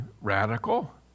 radical